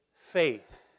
faith